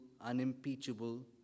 unimpeachable